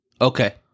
Okay